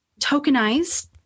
tokenized